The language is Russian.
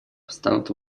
станут